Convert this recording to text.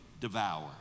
devour